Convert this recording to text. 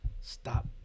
stop